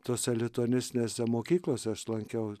tose lituanistinėse mokyklose aš lankiau